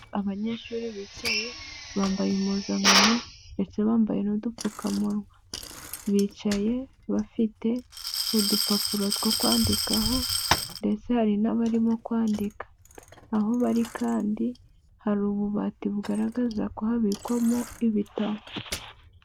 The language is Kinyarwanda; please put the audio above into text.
Abanyeshuri bicaye bambaye impuzankano ndetse bambaye n'udupfukamunwa, bicaye bafite udupapuro two kwandikaho ndetse hari n'abarimo kwandika, aho bari kandi hari ububati bugaragaza ko habikwamo ibitabo.